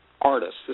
artists